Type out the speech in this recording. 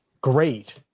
great